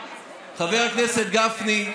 חבר הכנסת גפני,